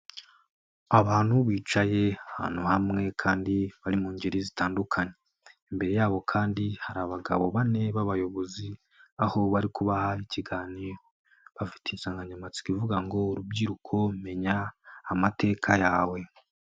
Abantu bicaye ahantu hamwe kandi bari mu ngeri zitandukanye, imbere yabo kandi hari abagabo bane b'abayobozi, aho bari kubaha ikiganiro, bafite insanganyamatsiko ivuga ngo, urubyiruko menya amateka yawe.